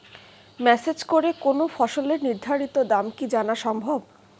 Message করে কোন ফসলের নির্ধারিত দাম কি জানা সম্ভব?